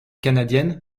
canadienne